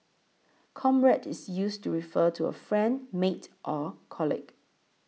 comrade is used to refer to a friend mate or colleague